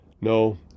No